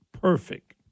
perfect